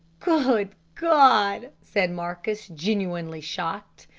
good god! said marcus, genuinely shocked.